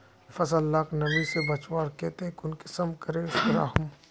फसल लाक नमी से बचवार केते कुंसम करे राखुम?